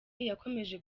yakomeje